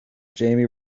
jamie